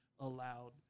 allowed